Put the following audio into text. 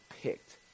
picked